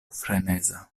freneza